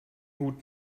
hut